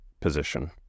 position